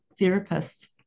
therapists